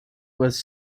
was